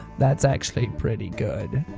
that's actually pretty good.